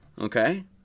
okay